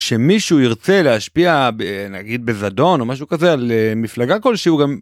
כשמישהו ירצה להשפיע נגיד בזדון או משהו כזה על מפלגה כלשהו הוא גם...